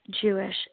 Jewish